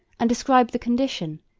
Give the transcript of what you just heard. and describe the condition,